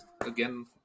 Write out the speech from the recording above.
again